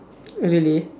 really